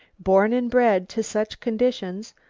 born and bred to such conditions,